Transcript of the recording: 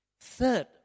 Third